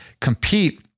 compete